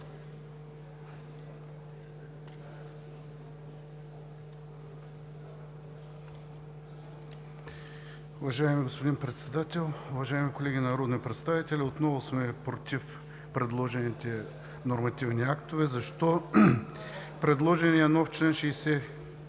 Уважаеми господин Председател, уважаеми колеги народни представители! Отново сме против предложените нормативни актове. Предложеният нов чл. 60б